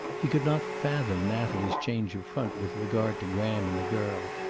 he could not fathom natalie's change of front with regard to graham and the girl.